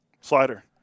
Slider